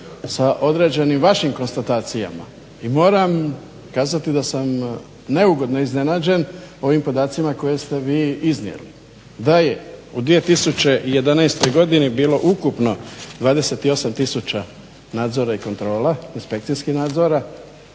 sa određenim vašim konstatacijama i moram kazati da sam neugodno iznenađen ovim podacima koje ste vi iznijeli, da je u 2011.bilo ukupno 28 tisuća inspekcijskih nadzora